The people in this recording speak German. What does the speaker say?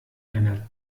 einer